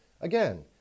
Again